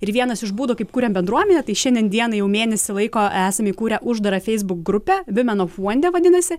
ir vienas iš būdų kaip kuriam bendruomenę tai šiandien dienai jau mėnesį laiko esam įkūrę uždarą facebook grupę women of wonder vadinasi